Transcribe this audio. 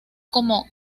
como